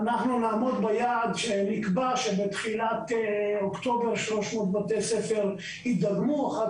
ואנחנו נעמוד ביעד שנקבע שבתחילת אוקטובר 300 בתי ספר יידגמו אחת